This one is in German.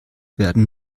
werden